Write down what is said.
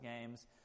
games